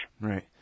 Right